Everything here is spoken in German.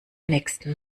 nächsten